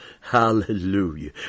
Hallelujah